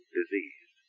disease